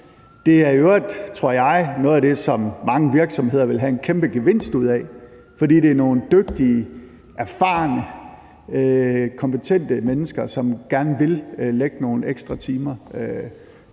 Det er i øvrigt, tror jeg, noget af det, som mange virksomheder ville have en kæmpe gevinst ud af, fordi det er nogle dygtige, erfarne, kompetente mennesker, som gerne vil lægge nogle ekstra timer.